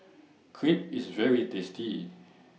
Crepe IS very tasty